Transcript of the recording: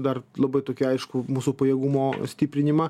dar labai tokį aiškų mūsų pajėgumo stiprinimą